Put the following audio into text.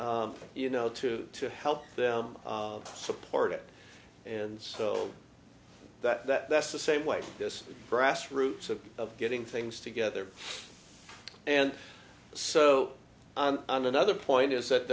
you know to to help them support it and so that that's the same way this grassroots of of getting things together and so on another point is that